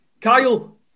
Kyle